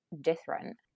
different